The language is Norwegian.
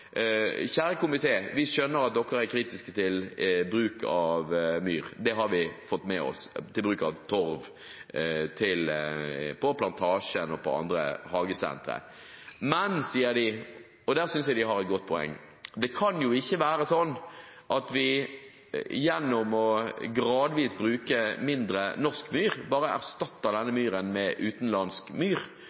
kjære komité, vi skjønner at dere er kritiske til bruk av torv – det har vi fått med oss – på Plantasjen og på andre hagesentre. Men – sier de, og der synes jeg de har et godt poeng – det kan ikke være sånn at vi gjennom gradvis å bruke mindre norsk myr bare erstatter denne myren med utenlandsk myr;